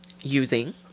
using